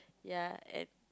ya and